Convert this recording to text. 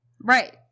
Right